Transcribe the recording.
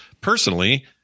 personally